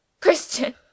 Christian